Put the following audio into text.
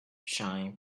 shine